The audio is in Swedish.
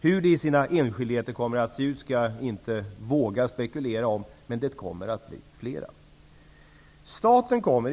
Hur det i sina enskildheter kommer att se ut vågar jag inte spekulera i, men det kommer att bli flera vårdgivare.